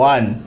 One